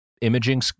imaging